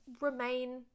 remain